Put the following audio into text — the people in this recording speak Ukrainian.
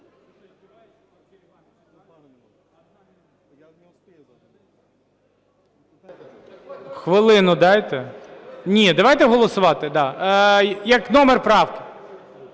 Хвилину дайте. Ні, давайте голосувати. Номер правки?